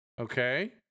Okay